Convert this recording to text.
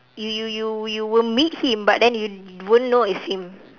you you you you will meet him but you won't know it's him